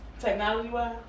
Technology-wise